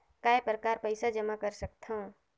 काय प्रकार पईसा जमा कर सकथव?